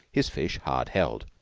his fish hard held.